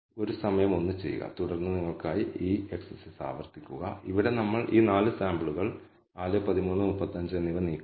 അതിനാൽ F statistics നോക്കുന്നതിന് slope പരാമീറ്ററുകൾ പ്രാധാന്യമുള്ളതാണോ അല്ലയോ എന്ന് തീരുമാനിക്കുന്നതിനുള്ള മറ്റൊരു മാർഗം